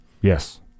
Yes